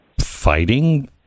fighting